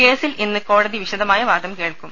കേസിൽ ഇന്ന് കോടതി വിശദമായ വാദം കേൾക്കും